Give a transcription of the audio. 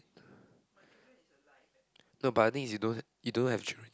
no but the thing is you don't you don't have children